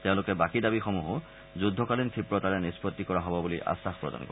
তেওঁলোকে বাকী দাবীসমূহো যুদ্ধকালীন ক্ষিপ্ৰতাৰে নিষ্পত্তি কৰা হ'ব বুলি আশ্বাস প্ৰদান কৰে